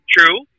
True